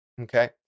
Okay